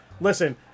listen